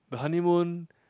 the honeymoon